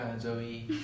Zoe